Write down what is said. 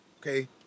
okay